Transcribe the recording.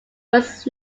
was